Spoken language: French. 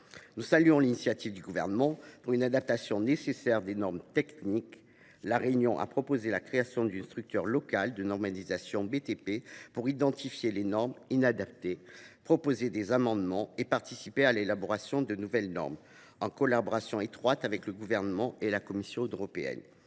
Nous saluons l’initiative du Gouvernement pour une adaptation nécessaire des normes techniques. La Réunion a proposé la création d’une structure locale de normalisation BTP pour identifier les normes inadaptées, proposer des amendements et participer à l’élaboration de nouvelles normes, en collaboration étroite avec le Gouvernement et la Commission européenne.